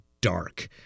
dark